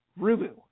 Rubu